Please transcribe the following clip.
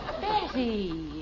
Betty